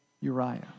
Uriah